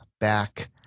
back